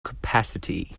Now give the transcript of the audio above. capacity